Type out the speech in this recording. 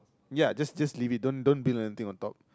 ya just just leave it don't build anything on top